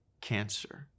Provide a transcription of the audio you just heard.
cancer